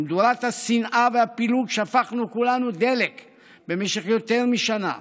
למדורת השנאה והפילוג שפכנו כולנו דלק במשך יותר משנה,